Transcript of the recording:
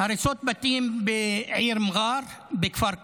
הריסות בתים בעיר מע'אר, בכפר קרע,